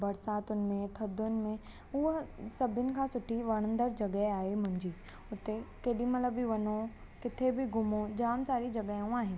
बरसातुनि में थधियुनि में उहा सभिनी खां सुठी वणंदड़ जॻहि आहे मुंहिंजी उते केॾीमहिल बि वञो किथे बि घुमो जाम सारी जॻहियूं आहिनि